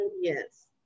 yes